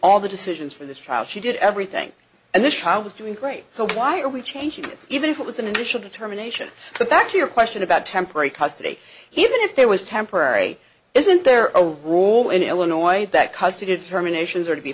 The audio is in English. all the decisions for this child she did everything and this child is doing great so why are we changing it's even if it was an initial determination to back to your question about temporary custody he even if there was temporary isn't there a rule in illinois that custody determinations are to be